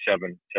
seven